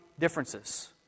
differences